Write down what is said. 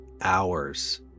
hours